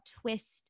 twist